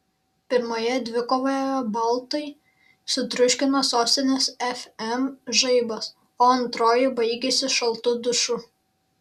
pirmoje dvikovoje baltai sutriuškino sostinės fm žaibas o antroji baigėsi šaltu dušu